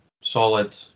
solid